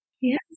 yes